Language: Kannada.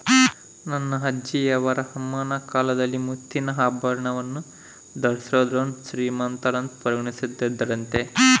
ನನ್ನ ಅಜ್ಜಿಯವರ ಅಮ್ಮನ ಕಾಲದಲ್ಲಿ ಮುತ್ತಿನ ಆಭರಣವನ್ನು ಧರಿಸಿದೋರ್ನ ಶ್ರೀಮಂತರಂತ ಪರಿಗಣಿಸುತ್ತಿದ್ದರಂತೆ